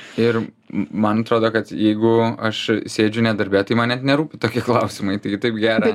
ir man atrodo kad jeigu aš sėdžiu ne darbe tai man net nerūpi tokie klausimai tai taip gera